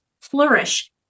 flourish